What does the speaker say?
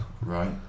right